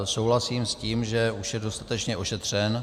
Souhlasím s tím, že už je dostatečně ošetřen.